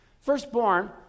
Firstborn